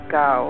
go